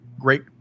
great